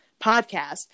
podcast